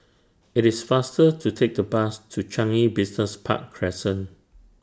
IT IS faster to Take The Bus to Changi Business Park Crescent